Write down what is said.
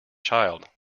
child